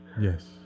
Yes